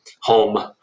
home